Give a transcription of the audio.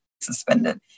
suspended